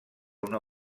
una